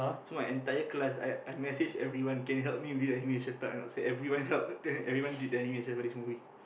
so my entire class I I message everyone can help me with this animation type a not so everyone help then everyone did the animation for this movie